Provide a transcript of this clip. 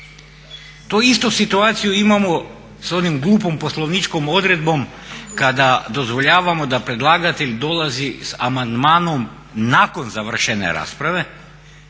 To istu situaciju imamo sa onom glupom poslovničkom odredbom kada dozvoljavamo da predlagatelj dolazi sa amandmanom nakon završene rasprave